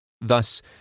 Thus